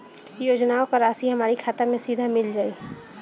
योजनाओं का राशि हमारी खाता मे सीधा मिल जाई?